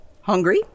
Hungry